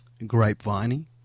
Grapeviney